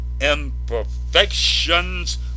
imperfections